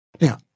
Now